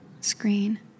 screen